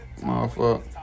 motherfucker